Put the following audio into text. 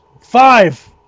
Five